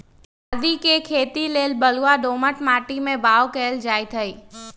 आदीके खेती लेल बलूआ दोमट माटी में बाओ कएल जाइत हई